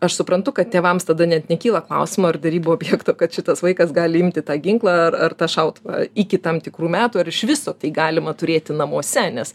aš suprantu kad tėvams tada net nekyla klausimo ar derybų objekto kad šitas vaikas gali imti tą ginklą ar ar tą šautuvą iki tam tikrų metų ar iš viso tai galima turėti namuose nes